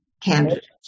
candidates